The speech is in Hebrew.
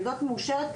והיא מאושרת,